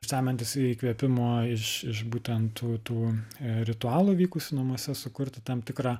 semiantis įkvėpimo iš iš būtent tų ritualų vykusių namuose sukurti tam tikrą